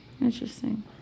Interesting